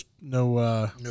no